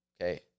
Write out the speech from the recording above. Okay